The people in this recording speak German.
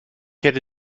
hätte